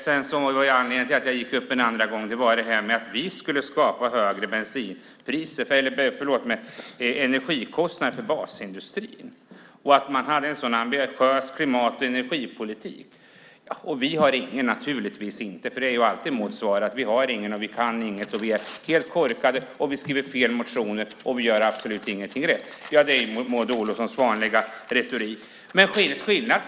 Anledningen till att jag gick upp i talarstolen en andra gång var det som sades om att vi skulle skapa högre energikostnader för basindustrin och att ni hade en så ambitiös klimat och energipolitik. Det har naturligtvis inte vi, för det är ju alltid Mauds svar att vi inte har någon, att vi inget kan, att vi är helt korkade, att vi skriver fel motioner och att vi absolut inte gör någonting rätt. Det är Maud Olofssons vanliga retorik.